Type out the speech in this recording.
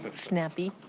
but snappy.